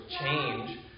change